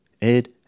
Ed